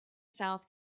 south